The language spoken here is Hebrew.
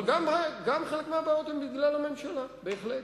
אבל גם חלק מהבעיות הן בגלל הממשלה, בהחלט.